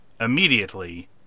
immediately